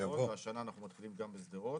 בשרון והשנה אנחנו מתחילים גם בשדרות.